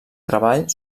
treball